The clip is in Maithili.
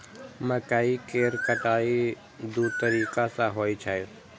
मकइ केर कटाइ दू तरीका सं होइ छै